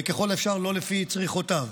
וככל האפשר לא לפי צרחותיו.